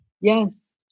yes